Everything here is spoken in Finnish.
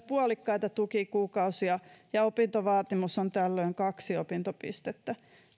puolikkaita tukikuukausia ja opintovaatimus on tällöin kaksi opintopistettä